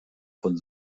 von